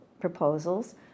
proposals